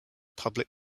public